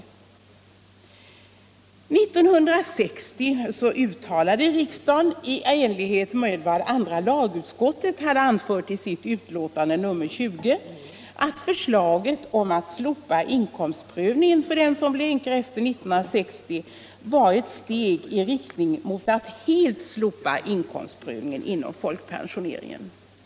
År 1960 uttalade riksdagen i enlighet med vad andra lagutskottet hade anfört i sitt utlåtande nr 20 att förslaget om att slopa inkomstprövningen för dem som blev änkor efter 1960 var ett steg i riktning mot att helt slopa inkomstprövningen inom folkpensioneringen.